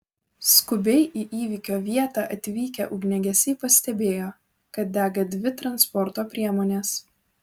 skubiai į įvykio vietą atvykę ugniagesiai pastebėjo kad dega dvi transporto priemonės